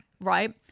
Right